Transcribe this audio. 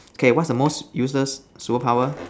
okay what is the most useless superpower